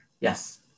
yes